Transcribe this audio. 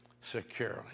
securely